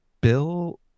Bill